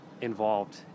involved